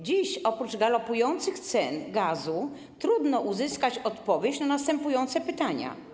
Dziś - oprócz galopujących cen gazu - trudno uzyskać odpowiedź na następujące pytania.